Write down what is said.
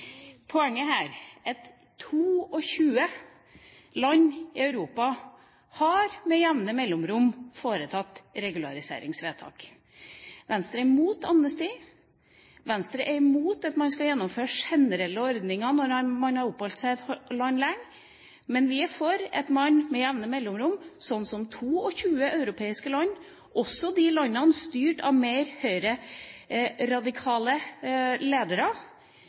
Poenget her er at 22 land i Europa med jevne mellomrom har foretatt regulariseringsvedtak. Venstre er imot amnesti. Venstre er imot at man skal gjennomføre generelle ordninger når man har oppholdt seg i et land lenge. Men vi er for at man med jevne mellomrom, sånn som 22 europeiske land, også de landene som er styrt av mer høyreradikale ledere,